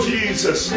Jesus